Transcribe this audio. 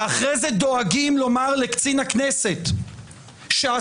ואחרי זה דואגים לומר לקצין הכנסת שאסור